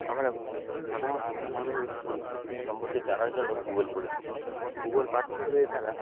আমরা সাধারণত ভূখণ্ডর পরিস্থিতির সম্পর্কে জানার জন্য ভূগোল পড়ে থাকি ভূগোল পাঠ্য বইয়ে তারা